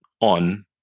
on